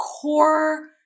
core